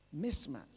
mismatch